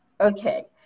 Okay